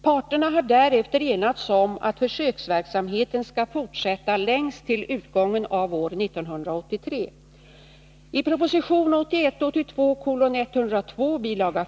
Parterna har därefter enats om att försöksverksamheten skall fortsätta längst till utgången av år 1983. I proposition 1981/82:102 bil.